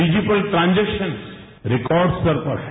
digital transactions record स्तर पर है